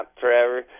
forever